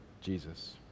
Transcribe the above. Jesus